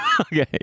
Okay